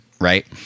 right